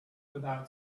without